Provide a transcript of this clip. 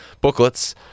booklets